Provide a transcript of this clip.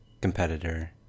Competitor